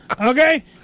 Okay